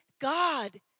God